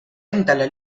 endale